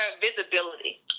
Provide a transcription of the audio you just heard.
visibility